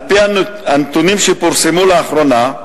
על-פי הנתונים שפורסמו לאחרונה,